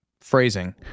Phrasing